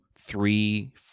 three